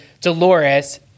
Dolores